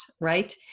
right